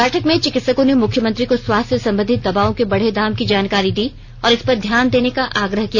बैठक में चिकित्सकों ने मुख्यमंत्री को स्वास्थ्य से संबंधित दवाओं के बढ़े दाम की जानकारी दी और इस पर ध्यान देने का आग्रह किया